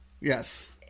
Yes